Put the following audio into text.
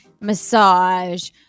massage